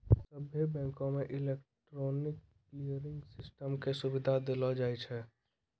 सभ्भे बैंको मे इलेक्ट्रॉनिक क्लियरिंग सिस्टम के सुविधा देलो जाय छै